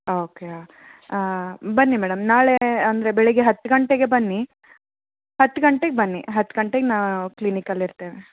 okay ಬನ್ನಿ madam ನಾಳೆ ಅಂದರೆ ಬೆಳಗ್ಗೆ ಹತ್ತು ಗಂಟೆಗೆ ಬನ್ನಿ ಹತ್ತು ಗಂಟೆಗೆ ಬನ್ನಿ ಹತ್ತು ಗಂಟೆಗೆ ನಾವು ಕ್ಲಿನಿಕಲ್ಲಿ ಇರ್ತೇವೆ